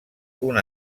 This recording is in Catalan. una